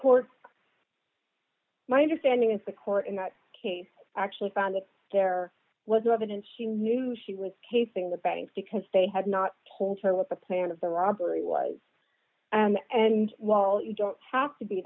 court my understanding is the court in that case actually found that there was no evidence she knew she was casing the bank because they had not told her what the plan of the robbery was and well you don't have to be